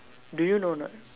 do you know or not